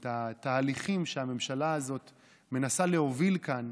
את התהליכים שהממשלה הזאת מנסה להוביל כאן,